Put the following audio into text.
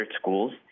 schools